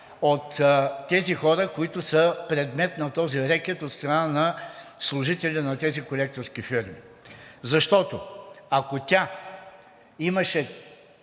от тези хора, които са предмет на този рекет от страна на служители на тези колекторски фирми. Защото, ако тя имаше